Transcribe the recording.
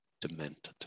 demented